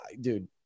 dude